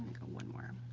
one more.